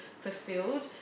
fulfilled